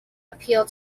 appeal